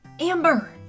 Amber